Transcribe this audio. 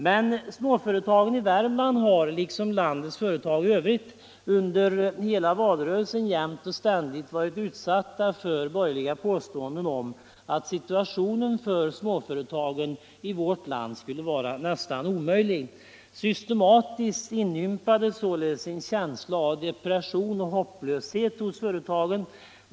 Men småföretagen i Värmland har liksom landets företag i övrigt under hela valrörelsen jämt och ständigt varit utsatta för borgerliga påståenden om att situationen för småföretagen i vårt land skulle vara nästan omöjlig. Systematiskt inympades således en känsla av depression och hopplöshet hos företagarna.